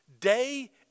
day